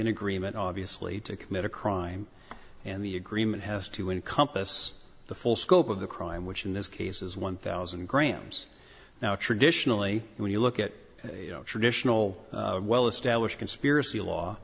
an agreement obviously to commit a crime and the agreement has to encompass the full scope of the crime which in this case is one thousand grams now traditionally when you look at a traditional well established conspiracy law